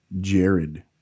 jared